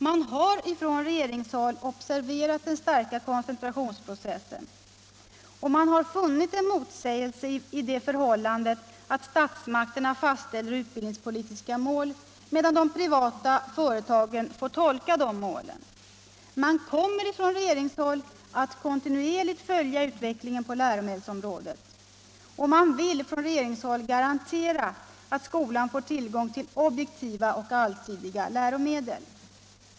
Man har från regeringshåll observerat den starka koncentrationsprocessen, och man har funnit en motsägelse i det förhållandet att statsmakterna fastställer utbildningspolitiska mål medan de privata företagen får tolka de målen. Man kommer från regeringshåll att kontinuerligt följa utvecklingen på läromedelsområdet och man vill garantera att skolan får tillgång till objektiva och allsidiga läromedel.